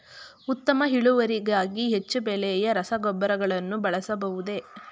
ಉತ್ತಮ ಇಳುವರಿಗಾಗಿ ಹೆಚ್ಚು ಬೆಲೆಯ ರಸಗೊಬ್ಬರಗಳನ್ನು ಬಳಸಬಹುದೇ?